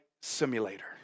simulator